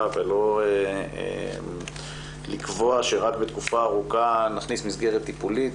ולא לקבוע שרק בתקופה ארוכה נכניס מסגרת טיפולית.